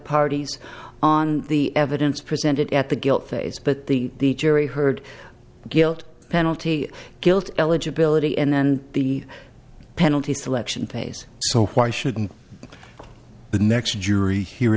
parties on the evidence presented at the guilt phase but the jury heard guilt penalty guilt eligibility and then the penalty selection pace so why should